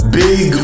big